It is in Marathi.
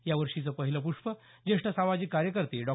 या वर्षीचं पहिलं प्ष्प ज्येष्ठ सामाजिक कार्यकर्ते डॉ